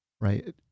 right